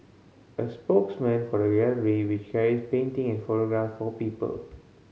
a spokesman for the gallery which carries painting and photographs for people